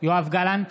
יואב גלנט,